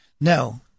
No